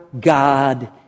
God